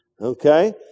Okay